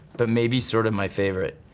but maybe sort of my favorite.